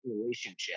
relationship